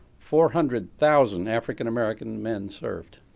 four hundred thousand african american men served.